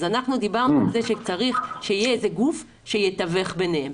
לכן דיברנו על כך שצריך שיהיה איזה גוף שיתווך ביניהם.